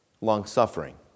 Long-suffering